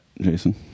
Jason